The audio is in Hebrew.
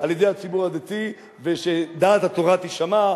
על-ידי הציבור הדתי ושדעת התורה תישמע,